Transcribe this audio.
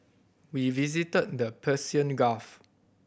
we visited the Persian Gulf